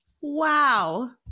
Wow